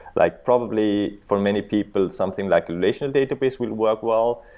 like probably, for many people, something like relational database will work well.